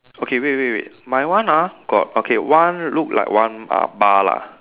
okay wait wait wait my one ah got okay one look like one uh bar lah